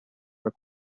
per